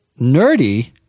Nerdy